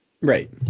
Right